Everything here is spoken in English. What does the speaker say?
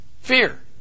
fear